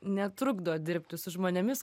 netrukdo dirbti su žmonėmis